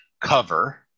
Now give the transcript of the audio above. cover